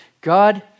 God